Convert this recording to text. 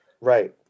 right